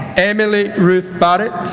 emily ruth barrett